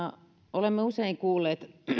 olemme usein kuulleet